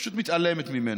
פשוט מתעלמת ממנו.